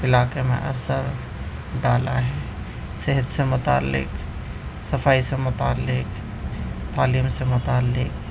علاقے میں اثر ڈالا ہے صحت سے متعلق صفائی سے متعلق والیوم سے متعلق